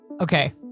Okay